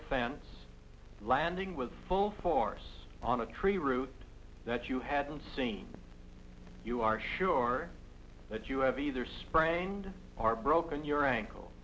a fence landing with full force on a tree root that you hadn't seen you are sure that you have either sprained are broken your ankle